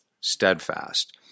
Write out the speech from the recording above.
steadfast